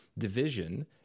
division